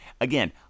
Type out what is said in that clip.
again